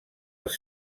els